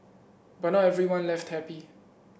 but not everyone left happy